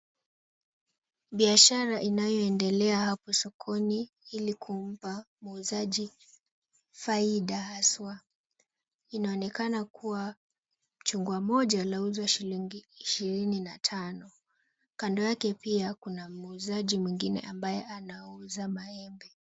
Biashara inayoendelea hapa sokoni ili kumpa muuzaji faida haswa inaonekana kuwa chungwa moja lauzwa shilingi 25. Kando yake pia kuna muuzaji mwingine ambaye anauza maembe.